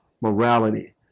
morality